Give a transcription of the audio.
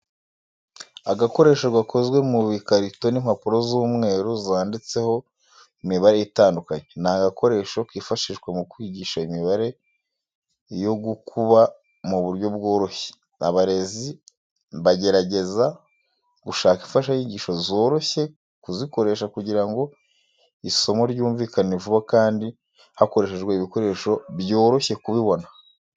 Agakoresho gakoze mu bikarito n'impapuro z'umweru zanditseho imibare itandukanye, ni agakoresho kifashishwa mu kwigisha imibare yo gukuba mu buryo bworoshye. Abarezi bagerageza gushaka imfashanyigisho zoroshye kuzikoresha kugira ngo isomo ryumvikane vuba kandi hakoreshejwe ibikoresho byoroshye kubibona.